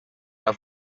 alla